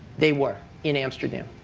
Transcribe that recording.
they were in amsterdam.